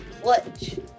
clutch